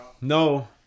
No